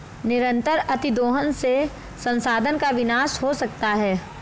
निरंतर अतिदोहन से संसाधन का विनाश हो सकता है